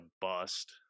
bust